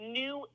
new